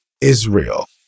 Israel